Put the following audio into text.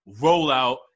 rollout